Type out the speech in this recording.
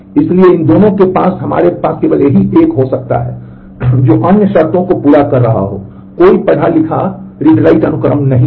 इसलिए इन दोनों में हमारे पास केवल यही एक हो सकता है जो अन्य शर्तों को पूरा कर रहा है और कोई पढ़ा लिखा अनुक्रम नहीं है